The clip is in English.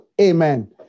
Amen